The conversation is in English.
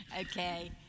okay